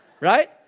right